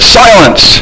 silence